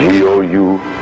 G-O-U-